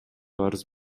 арыз